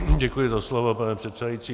Děkuji za slovo, pane předsedající.